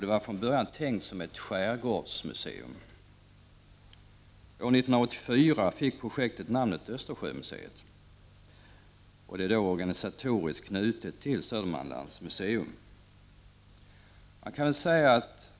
Det var från början tänkt som ett skärgårdsmuseum. År 1984 fick projektet namnet Östersjömuseet, och det var organisatoriskt knutet till Södermanlands museum.